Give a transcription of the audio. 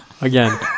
again